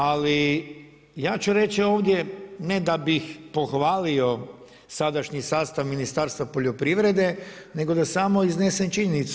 Ali ja ću reći ovdje ne da bih pohvalio sadašnji sastav Ministarstva poljoprivrede, nego da samo iznesem činjenicu.